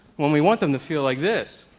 when we want them to feel like this.